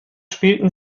spielten